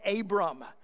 Abram